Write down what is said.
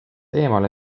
eemale